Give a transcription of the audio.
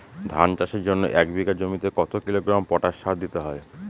ধান চাষের জন্য এক বিঘা জমিতে কতো কিলোগ্রাম পটাশ সার দিতে হয়?